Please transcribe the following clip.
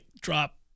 drop